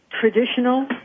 traditional